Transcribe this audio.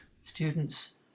Students